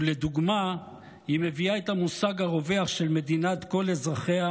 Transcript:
ולדוגמה היא מביאה את המושג הרווח של מדינת כל אזרחיה,